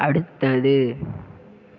அடுத்தது